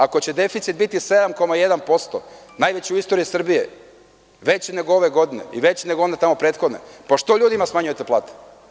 Ako će deficit biti 7,1%, najveći u istoriji Srbije, većinego ove godine i veći nego one tamo prethodne, pa što onda ljudima smanjujete plate?